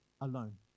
alone